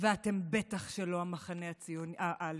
ואתם בטח שלא המחנה הלאומי.